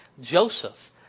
Joseph